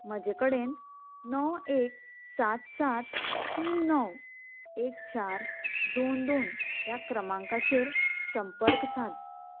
म्हजे कडेन णव एक सात सात तीन णव एक चार दोन दोन ह्या क्रमांकाचेर संपर्क साद